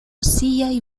siaj